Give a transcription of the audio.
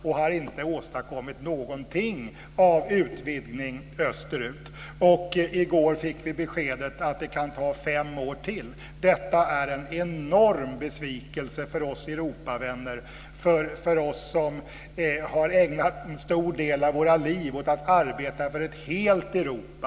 Man har inte åstadkommit någonting av utvidgning österut. I går fick vi beskedet att det kan ta fem år till. Detta är en enorm besvikelse för oss Europavänner, för oss som har ägnat en stor del av våra liv åt att arbeta för ett helt Europa.